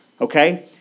Okay